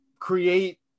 create